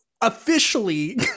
officially